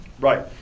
Right